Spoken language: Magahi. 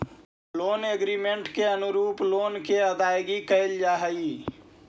लोन एग्रीमेंट के अनुरूप लोन के अदायगी कैल जा हई